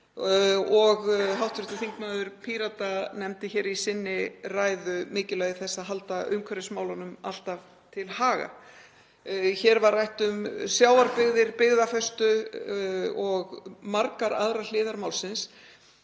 hér. Hv. þm. Pírata nefndi í sinni ræðu mikilvægi þess að halda umhverfismálunum alltaf til haga. Hér var rætt um sjávarbyggðir, byggðafestu og margar aðrar hliðar málsins.